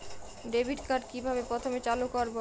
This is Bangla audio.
ডেবিটকার্ড কিভাবে প্রথমে চালু করব?